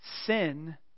sin